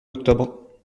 octobre